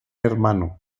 hermano